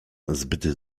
zbyt